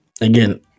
again